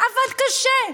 עבד קשה.